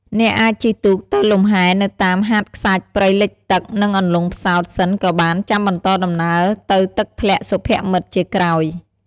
អ្នកអាចជិះទូកទៅលំហែនៅតាមហាតខ្សាច់ព្រៃលិចទឹកនិងអន្លង់ផ្សោតសិនក៏បានចាំបន្តដំណើរទៅទឹកធ្លាក់សុភមិត្តជាក្រោយ។